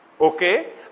Okay